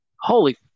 Holy